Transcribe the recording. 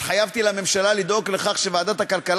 התחייבתי לממשלה לדאוג לכך שוועדת הכלכלה